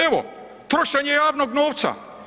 Evo trošenje javnog novca.